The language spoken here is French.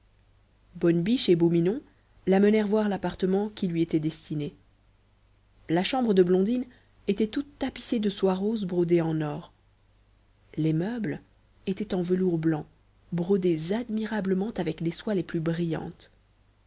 bonne biche et beau minon la menèrent voir l'appartement qui lui était destiné la chambre de blondine était toute tapissée de soie rose brodée en or les meubles étaient en velours blanc brodés admirablement avec les soies les plus brillantes